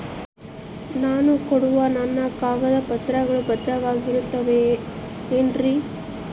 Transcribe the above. ನಾನು ಕೊಡೋ ನನ್ನ ಕಾಗದ ಪತ್ರಗಳು ಭದ್ರವಾಗಿರುತ್ತವೆ ಏನ್ರಿ?